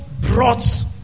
brought